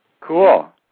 Cool